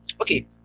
Okay